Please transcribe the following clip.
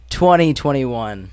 2021